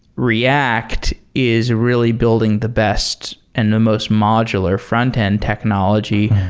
react is really building the best and the most modular frontend technology.